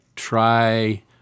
try